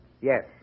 Yes